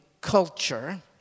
culture